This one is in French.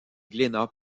glénat